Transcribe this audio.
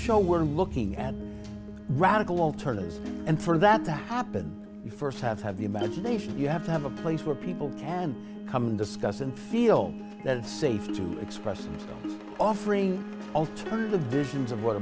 show we're looking at radical alternatives and for that to happen you first have to have the imagination you have to have a place where people can come discuss and feel that it's safe to express offering alternative visions of what